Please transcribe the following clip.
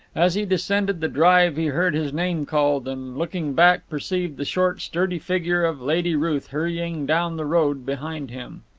as he descended the drive he heard his name called, and looking back perceived the short, sturdy figure of lady ruth hurrying down the road behind him.